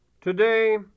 Today